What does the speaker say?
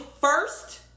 first